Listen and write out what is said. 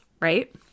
right